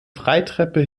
freitreppe